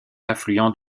affluent